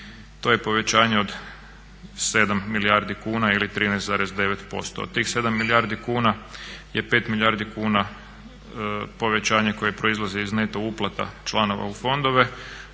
to je povećanje od 7 milijardi kuna ili 13,9%. Od tih 7 milijardi kuna je 5 milijardi kuna povećanje koje proizlazi iz neto uplata članova u fondova,